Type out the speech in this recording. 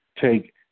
take